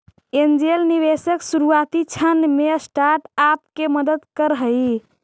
angel निवेशक शुरुआती क्षण में स्टार्टअप के मदद करऽ हइ